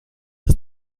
das